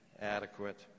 Adequate